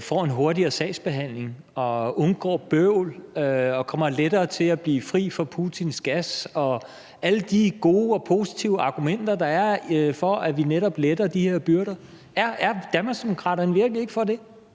får en hurtigere sagsbehandling og undgår bøvl og lettere kommer til at blive fri for Putins gas og alle de gode og positive argumenter, der er for, at vi netop letter de her byrder? Er Danmarksdemokraterne virkelig ikke for det?